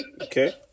Okay